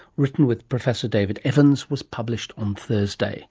written with professor david evans, was published on thursday